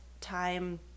time